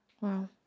Wow